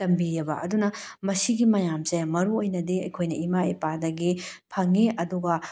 ꯇꯝꯕꯤꯑꯦꯕ ꯑꯗꯨꯅ ꯃꯁꯤꯒꯤ ꯃꯌꯥꯝꯁꯦ ꯃꯔꯨꯑꯣꯏꯅꯗꯤ ꯑꯩꯈꯣꯏꯅ ꯏꯃꯥ ꯏꯄꯥꯗꯒꯤ